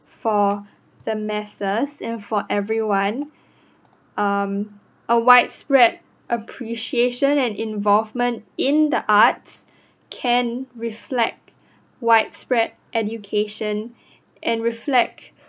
for the masses and for everyone um a widespread appreciation and involvement in the arts can reflect widespread education and reflect